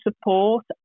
support